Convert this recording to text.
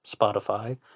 Spotify